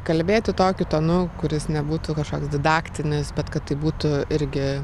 kalbėti tokiu tonu kuris nebūtų kažkoks didaktinis bet kad tai būtų irgi